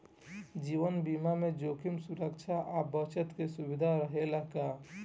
जीवन बीमा में जोखिम सुरक्षा आ बचत के सुविधा रहेला का?